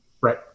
Right